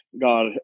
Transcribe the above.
god